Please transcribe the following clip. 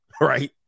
Right